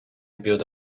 built